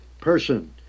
person